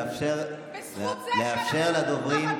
לאפשר לדוברים,